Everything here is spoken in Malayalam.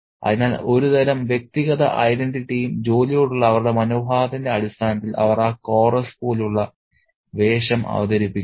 അതിനാൽ ഒരുതരം വ്യക്തിഗത ഐഡന്റിറ്റിയും ജോലിയോടുള്ള അവരുടെ മനോഭാവത്തിന്റെ അടിസ്ഥാനത്തിൽ അവർ ആ കോറസ് പോലുള്ള വേഷം അവതരിപ്പിക്കുന്നു